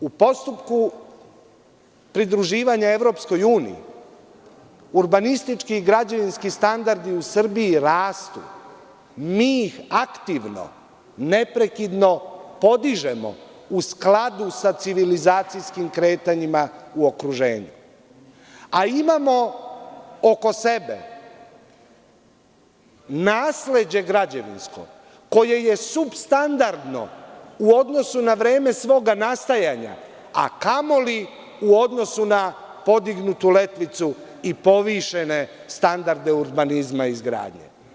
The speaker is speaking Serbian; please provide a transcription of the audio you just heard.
U postupku pridruživanja EU urbanistički građevinski standardi u Srbiji rastu, mi ih aktivno neprekidno podižemo u skladu sa civilizacijskim kretanjima u okruženju, a imamo oko sebe nasleđe građevinsko koje je supstandardno u odnosu na vreme svoga nastajanja, a kamoli u odnosu na podignutu letvicu i povišene standarde urbanizma i izgradnje.